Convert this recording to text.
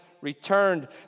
returned